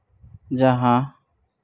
ᱡᱟᱦᱟᱸ